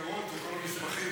הניירות וכל המסמכים.